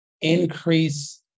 increase